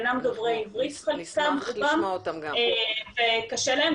רובם אינם דוברי עברית וקשה להם.